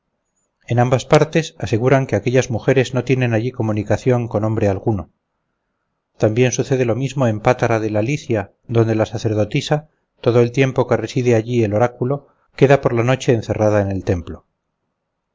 en ambas partes aseguran que aquellas mujeres no tienen allí comunicación con hombre alguno también sucede lo mismo en pátara de la licia donde la sacerdotisa todo el tiempo que reside allí el oráculo queda por la noche encerrada en el templo